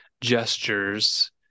gestures